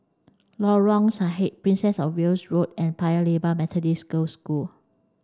Lorong Sahad Princess Of Wales Road and Paya Lebar Methodist Girls' School